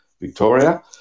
Victoria